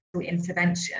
intervention